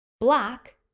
black